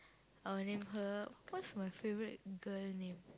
I'll name her what's my favourite girl name